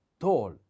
tall